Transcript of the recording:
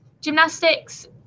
Gymnastics